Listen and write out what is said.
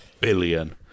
Billion